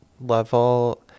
level